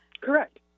Correct